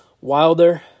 Wilder